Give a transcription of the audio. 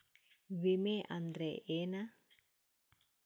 ವಿಮೆ ಅಂದ್ರೆ ಏನ?